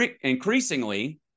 increasingly